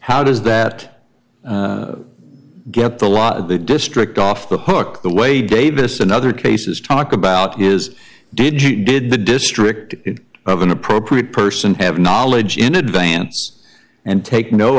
how does that get the law the district off the hook the way davis in other cases talk about is did you did the district of an appropriate person have knowledge in advance and take no